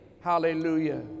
Hallelujah